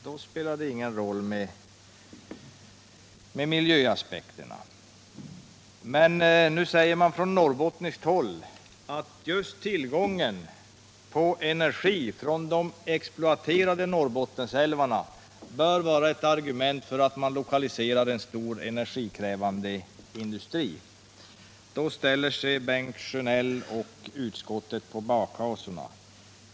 Då har miljöaspekterna inte alls spelat någon roll. Men nu säger man från norrbottniskt håll att just tillgången på energi från de exploaterade Norrbottenälvarna bör vara ett argument för lokalisering dit av en stor energikrävande industri. Då sätter sig Bengt Sjönell och utskottet på bakhasorna.